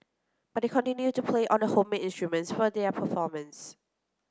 but they continue to play on the homemade instruments for their performance